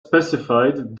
specified